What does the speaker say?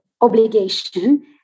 obligation